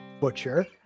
Butcher